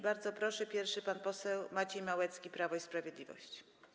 Bardzo proszę, pierwszy pan poseł Maciej Małecki, Prawo i Sprawiedliwość.